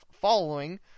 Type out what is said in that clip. Following